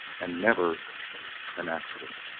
and never an accident.